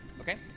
Okay